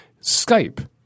Skype